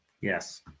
yes